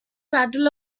battle